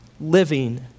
living